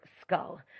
skull